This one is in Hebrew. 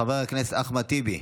חבר הכנסת אחמד טיבי.